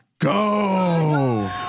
Go